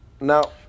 Now